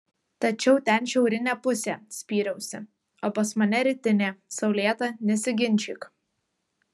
tačiau ten šiaurinė pusė spyriausi o pas mane rytinė saulėta nesiginčyk